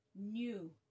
New